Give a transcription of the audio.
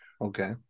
Okay